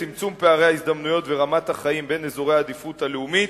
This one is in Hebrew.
צמצום פערי ההזדמנויות ורמת החיים בין אזורי העדיפות הלאומית,